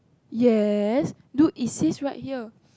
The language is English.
yes look it says right here